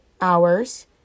hours